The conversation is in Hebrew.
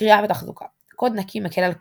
קריאה ותחזוקה קוד נקי מקל על קריאת,